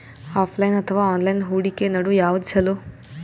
Offline ಅಥವಾ online ಹೂಡಿಕೆ ನಡು ಯವಾದ ಛೊಲೊ?